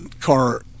car